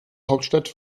hauptstadt